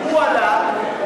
הוא עלה,